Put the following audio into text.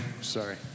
sorry